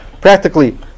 Practically